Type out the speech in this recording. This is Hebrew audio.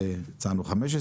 הצענו 15%,